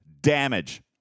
damage